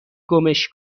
گمش